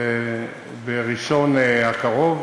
בראשון הקרוב,